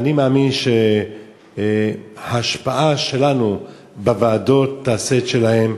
ואני מאמין שההשפעה שלנו בוועדות תעשה את שלה.